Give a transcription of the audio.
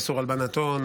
הרשות לאיסור הלבנת הון,